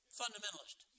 fundamentalist